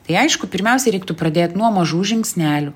tai aišku pirmiausia reiktų pradėt nuo mažų žingsnelių